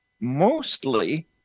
mostly